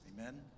Amen